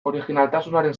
orijinaltasunaren